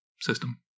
system